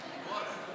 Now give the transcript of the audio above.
הוועדה,